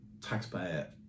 taxpayer